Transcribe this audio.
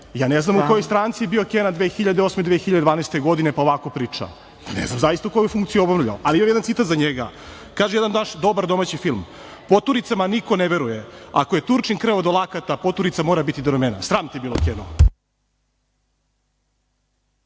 Ja ne znam u kojoj je stranci bio Kena 2008. i 2012. godine, pa ovako priča, pa ne znam zaista koju funkciju je obavljao ali evo jedan citat za njega. Kaže jedan naš dobar domaći film – poturicama niko ne veruje, ako je Turčin krvav do lakata, poturica mora biti do ramena. Sram te bilo, Keno!